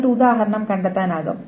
എന്നിട്ട് ഉദാഹരണം കണ്ടെത്താനാകും